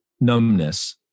numbness